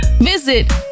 Visit